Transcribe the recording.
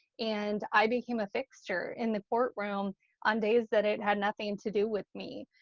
and i became a fixture in the courtroom on days that it had nothing to do with me.